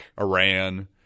Iran